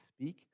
speak